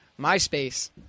MySpace